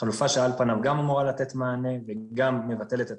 חלופה שעל פניו גם אמורה לתת מענה וגם מבטלת את